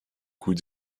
coûts